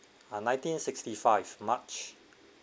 ah nineteen sixty-five march